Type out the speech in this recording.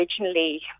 originally